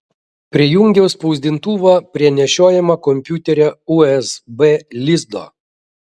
prijungiau spausdintuvą prie nešiojamo kompiuterio usb lizdo